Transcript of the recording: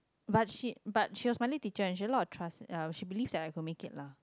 but she but she was my only teacher and she a lot of trust ya she believe that I could make it lah